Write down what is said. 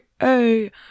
hey